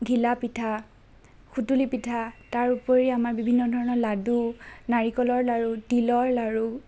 ঘিলা পিঠা সুতুলি পিঠা তাৰ উপৰি আমাৰ বিভিন্ন ধৰণৰ লাডু নাৰিকলৰ লাড়ু তিলৰ লাড়ু